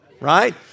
right